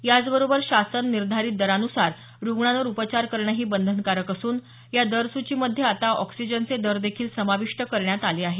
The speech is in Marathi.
याचबरोबर शासन निर्धारित दरानुसार रुग्णांवर उपचार करणही बंधनकारक असून या दरसूचीमध्ये आता ऑक्सीजनचे दर देखील समाविष्ट करण्यात आले आहेत